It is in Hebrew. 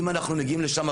אם אנחנו מגיעים לשם,